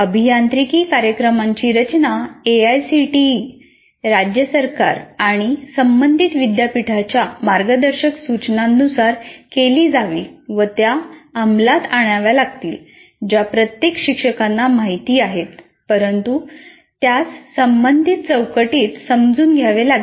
अभियांत्रिकी कार्यक्रमांची रचना एआयसीटीई राज्य सरकार आणि संबंधित विद्यापीठाच्या मार्गदर्शक सूचनांनुसार केली जावी व त्या अंमलात आणाव्या लागतील ज्या प्रत्येक शिक्षकांना माहिती आहेत परंतु त्यास संबंधित चौकटीत समजून घ्यावे लागेल